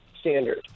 standard